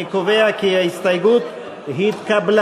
אני קובע כי ההסתייגות התקבלה.